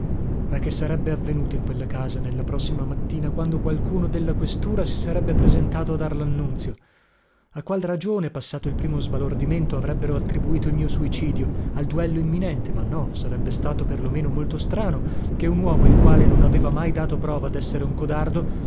ah che sarebbe avvenuto in quella casa nella prossima mattina quando qualcuno della questura si sarebbe presentato a dar lannunzio a qual ragione passato il primo sbalordimento avrebbero attribuito il mio suicidio al duello imminente ma no sarebbe stato per lo meno molto strano che un uomo il quale non aveva mai dato prova dessere un codardo